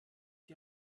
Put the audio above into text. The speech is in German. die